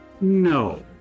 No